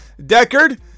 Deckard